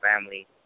family